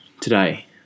Today